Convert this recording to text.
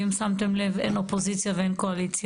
ואם שמתם לב, אין אופוזיציה ואין קואליציה.